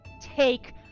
take